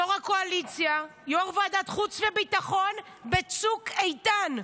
יו"ר הקואליציה, יו"ר ועדת חוץ וביטחון בצוק איתן.